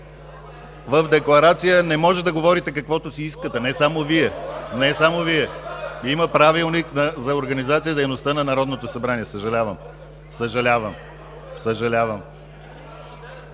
В декларация не може да говорите каквото си искате не само Вие! Има Правилник за организацията и дейността на Народното събрание. Съжалявам! Съжалявам!